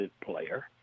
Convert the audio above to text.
player